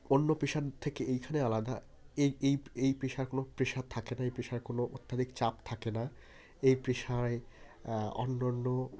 অন্য পেশার থেকে এইখানে আলাদা এই এই এই পেশার কোনো প্রেশার থাকে না এই পেশার কোনো অত্যধিক চাপ থাকে না এই পেশায় অন্যান্য